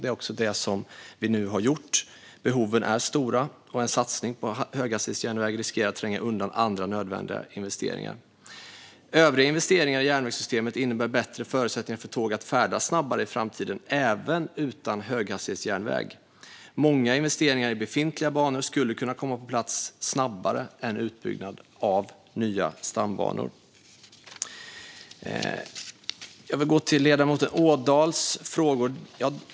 Det är också det som vi nu har gjort. Behoven är stora, och en satsning på höghastighetsjärnväg riskerar att tränga undan andra nödvändiga investeringar. Övriga investeringar i järnvägssystemet innebär bättre förutsättningar för tåg att färdas snabbare i framtiden även utan höghastighetsjärnväg. Många investeringar i befintliga banor skulle kunna komma på plats snabbare än en utbyggnad av nya stambanor. Jag övergår nu till ledamoten Ådahls frågor.